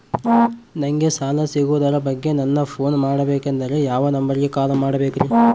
ನಂಗೆ ಸಾಲ ಸಿಗೋದರ ಬಗ್ಗೆ ನನ್ನ ಪೋನ್ ಮಾಡಬೇಕಂದರೆ ಯಾವ ನಂಬರಿಗೆ ಕಾಲ್ ಮಾಡಬೇಕ್ರಿ?